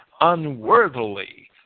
unworthily